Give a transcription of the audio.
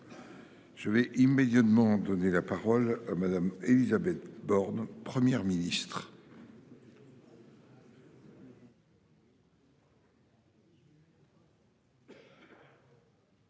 Je vais immédiatement donner la parole à Madame. Élisabeth Borne Première ministre.--